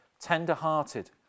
tender-hearted